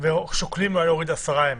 ושוקלים להוריד לעשרה ימים.